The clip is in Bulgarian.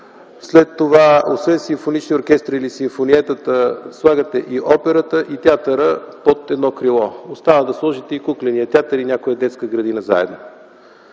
Също така, освен симфонични оркестри или симфониети, слагате и операта, и театъра под едно крило. Остава да сложите и кукления театър и някоя детска градина заедно.